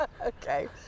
Okay